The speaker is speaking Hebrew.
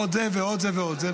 עוד זה ועוד זה ועוד זה.